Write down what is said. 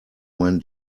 mein